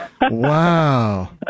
Wow